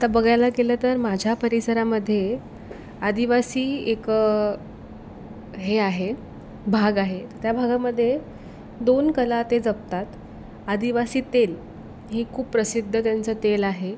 आता बघायला गेलं तर माझ्या परिसरामध्ये आदिवासी एक हे आहे भाग आहे त्या भागामध्ये दोन कला ते जपतात आदिवासी तेल हे खूप प्रसिद्ध त्यांचं तेल आहे